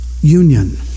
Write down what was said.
union